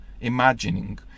imagining